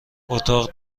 اتاق